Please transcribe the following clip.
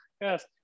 yes